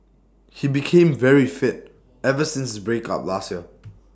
he became very fit ever since his breakup last year